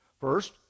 First